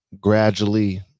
gradually